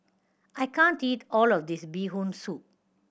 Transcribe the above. I can't eat all of this Bee Hoon Soup